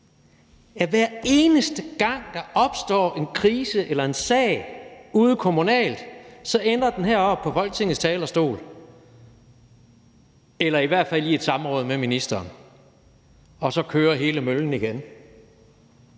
at hver eneste gang der opstår en krise eller en sag ude kommunalt, ender den heroppe på Folketingets talerstol eller i hvert fald i et samråd med ministeren, og så kører hele møllen igen.